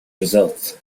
results